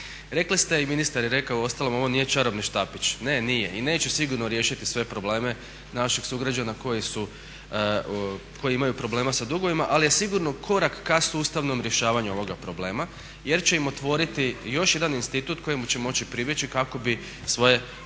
Rekli ste i ministar je rekao uostalom ovo nije čarobni štapić. Ne, nije i neće sigurno riješiti sve probleme naših sugrađana koji imaju problema sa dugovima, ali je sigurno korak ka sustavnom rješavanju ovoga problema jer će im otvoriti još jedan institut kojemu će moći pribjeći kako bi svoje